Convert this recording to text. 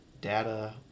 Data